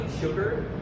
sugar